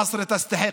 נצרת ראויה.